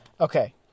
Okay